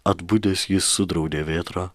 atbudęs jis sudraudė vėtrą